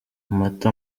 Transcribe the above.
amata